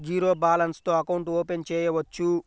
Zero balance తో account open చేయవచ్చు?